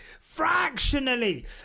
Fractionally